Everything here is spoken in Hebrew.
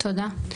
תודה,